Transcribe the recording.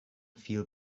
feel